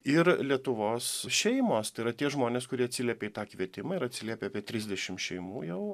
ir lietuvos šeimos tai yra tie žmonės kurie atsiliepė į tą kvietimą ir atsiliepė apie trisdešim šeimų jau